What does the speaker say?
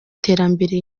terambere